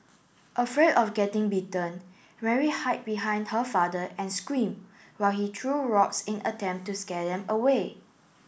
afraid of getting bitten Mary hide behind her father and screamed while he threw rocks in attempt to scare them away